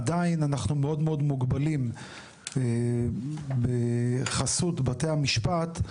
עדיין אנחנו מאוד מאוד מוגבלים בחסות בתי המשפט,